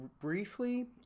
briefly